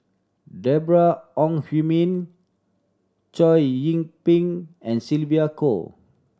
Deborah Ong Hui Min Chow Yian Ping and Sylvia Kho